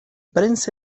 prensa